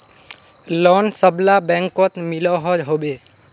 Loan सबला बैंकोत मिलोहो होबे?